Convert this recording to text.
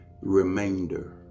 remainder